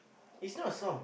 it's not a song